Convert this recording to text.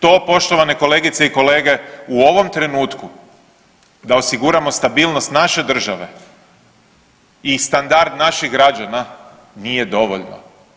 To poštovane kolegice i kolege u ovom trenutku da osiguramo stabilnost naše države i standard naših građana nije dovoljno.